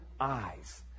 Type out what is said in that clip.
eyes